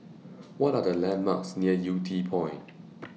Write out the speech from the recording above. What Are The landmarks near Yew Tee Point